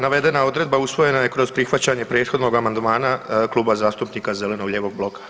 Navedena odredba usvojena je kroz prihvaćanje prethodnog amandmana Kluba zastupnika zeleno-lijevog bloka.